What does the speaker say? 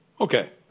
Okay